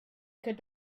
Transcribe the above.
could